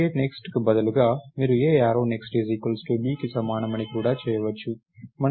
nextకు బదులుగా మీరు A arrow next Bకి సమానం అని కూడా చేయవచ్చు